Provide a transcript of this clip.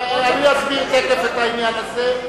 אני אסביר תיכף את העניין הזה.